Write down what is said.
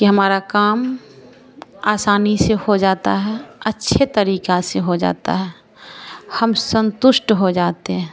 कि हमारा काम आसानी से हो जाता है अच्छे तरीक़े से हो जाता है हम संतुष्ट हो जाते हैं